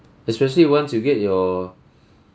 especially once you get your